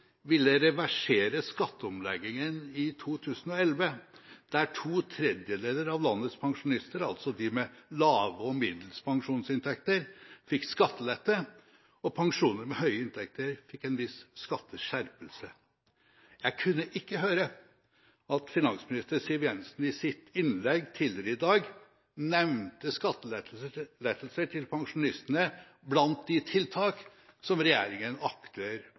ville reversere skatteomleggingen fra 2011, der to tredjedeler av landets pensjonister, altså de med lave og middels pensjonsinntekter, fikk skattelettelser, og de med høye inntekter fikk en viss skatteskjerpelse. Jeg kunne ikke høre at finansminister Siv Jensen i sitt innlegg tidligere i dag nevnte skattelettelser til pensjonistene blant de tiltak som regjeringen